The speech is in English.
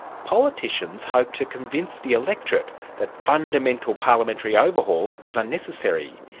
politicians hoped to convince the electorate that fundamental parliamentary overhaul was unnecessary.